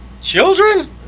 Children